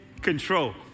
control